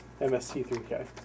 MST3K